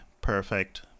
perfect